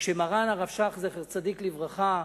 וכשמרן הרב שך, זכר צדיק לברכה,